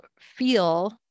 feel